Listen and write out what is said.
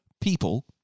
people